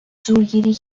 زورگیری